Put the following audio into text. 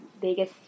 Vegas